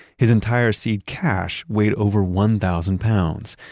his entire seed cash weighed over one thousand pounds,